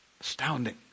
astounding